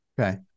okay